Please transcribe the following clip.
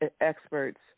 experts